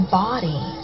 body